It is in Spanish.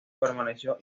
permaneció